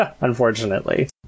Unfortunately